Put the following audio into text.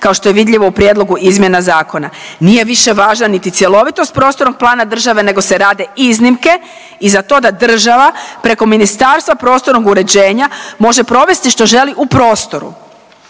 kao što je vidljivo u prijedlogu izmjena zakona. Nije više važan niti cjelovitost prostornog plana država, nego se rade iznimke i za to da država preko Ministarstva prostornog uređenja može provesti što želi u prostoru,